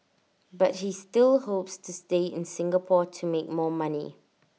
but he still hopes to stay in Singapore to make more money